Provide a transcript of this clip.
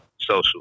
social